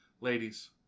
Ladies